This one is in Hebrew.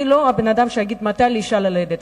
אני לא הבן-אדם שיגיד לאשה מתי ללדת,